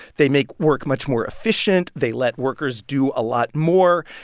they make work much more efficient. they let workers do a lot more.